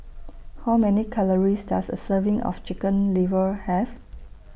How Many Calories Does A Serving of Chicken Liver Have